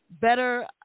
better